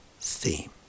theme